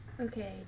Okay